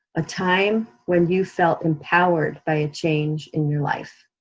a time when you felt empowered by a change in your life.